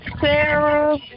Sarah